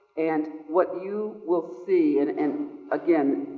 and what you will see, and and again,